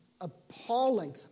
appalling